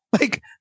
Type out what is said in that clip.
Like-